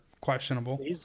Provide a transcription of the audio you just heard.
questionable